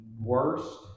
worst